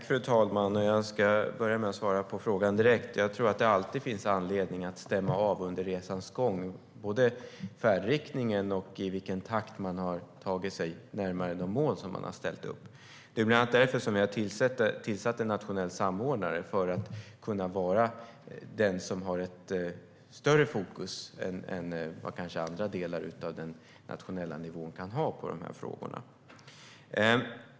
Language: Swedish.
Fru talman! Jag ska börja med att svara på frågan direkt. Jag tror att det alltid finns anledning att stämma av under resans gång, både när det gäller färdriktningen och i vilken takt man har tagit sig närmare de mål som man har ställt upp. Det är bland annat därför vi har tillsatt en nationell samordnare för att kunna vara den som har större fokus än vad andra delar av den nationella nivån kanske kan ha i de här frågorna.